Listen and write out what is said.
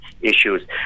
issues